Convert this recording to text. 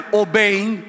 obeying